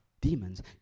demons